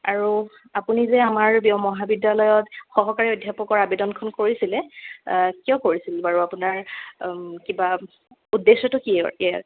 আৰু আপুনি যে আমাৰ মহাবিদ্যালয়ত সহকাৰী অধ্যাপকৰ আবেদনখন কৰিছিলে কিয় কৰিছিল বাৰু আপোনাৰ কিবা উদ্দেশ্যটো কি